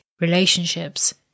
relationships